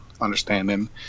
understanding